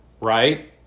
right